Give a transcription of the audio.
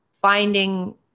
finding